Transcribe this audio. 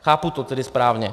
Chápu to tedy správně?